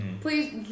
please